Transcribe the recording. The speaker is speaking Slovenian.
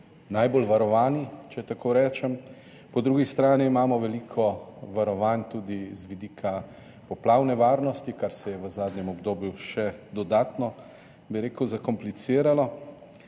najbolj varovani, če tako rečem, po drugi strani imamo veliko varovanj tudi z vidika poplavne varnosti, kar se je v zadnjem obdobju še dodatno zakompliciralo.